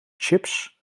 chips